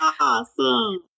awesome